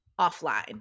offline